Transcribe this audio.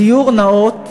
דיור נאות,